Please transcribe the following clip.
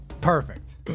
Perfect